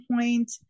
point